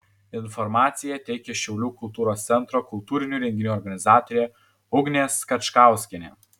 informaciją teikia šiaulių kultūros centro kultūrinių renginių organizatorė ugnė skačkauskienė